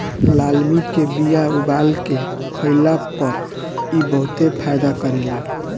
लालमि के बिया उबाल के खइला पर इ बहुते फायदा करेला